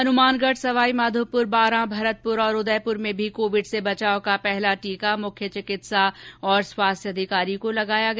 हनुमानगढ़ सवाईमाधोपुर बारां भरतपुरऔर उदयपुर में भी कोविड से बचाव का पहला टीका मुख्य चिकित्सा और स्वास्थ्य अधिकारी को लगाया गया